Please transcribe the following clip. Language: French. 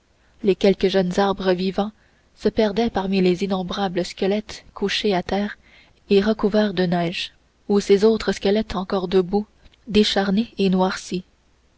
les quelques jeunes arbres vivants se perdaient parmi les innombrables squelettes couchés à terre et recouverts de neige ou ces autres squelettes encore debout décharnés et noircis